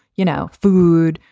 you know, food,